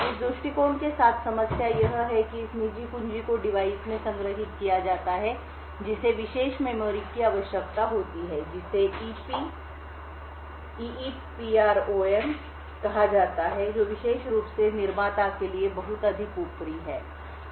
इस दृष्टिकोण के साथ समस्या यह है कि इस निजी कुंजी को डिवाइस में संग्रहीत किया जाता है जिसे विशेष मेमोरी की आवश्यकता होती है जिसे ईईपीआरओएम कहा जाता है जो विशेष रूप से निर्माता के लिए बहुत अधिक उपरि ओवरहेड है